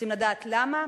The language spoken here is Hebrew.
רוצים לדעת למה?